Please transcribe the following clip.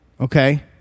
okay